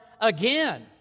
again